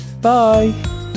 Bye